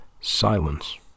silence